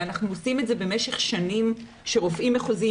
ואנחנו עושים את זה במשך שנים כשרופאים מחוזיים